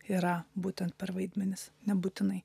yra būtent per vaidmenis nebūtinai